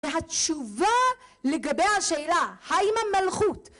והתשובה לגבי השאלה, האם המלכות...